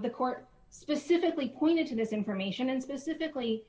the court specifically pointed to this information and specifically